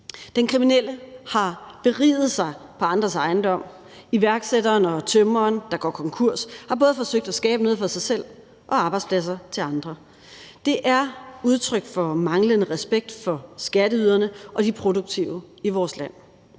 Den kriminelle har beriget sig på andres ejendom; iværksætteren og tømreren, der går konkurs, har både forsøgt at skabe noget for sig selv og arbejdspladser til andre. Det er udtryk for manglende respekt for skatteyderne og de produktive i vores land.